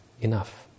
enough